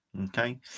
Okay